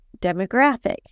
demographic